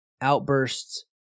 outbursts